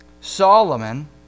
Solomon